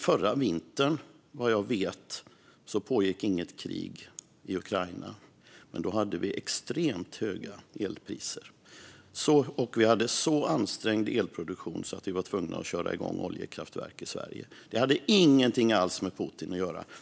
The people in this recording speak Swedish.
Förra vintern pågick vad jag vet inget krig i Ukraina, men då hade vi extremt höga elpriser. Vi hade en så ansträngd elproduktion att vi var tvungna att köra igång oljekraftverk i Sverige. Det hade ingenting alls med Putin att göra.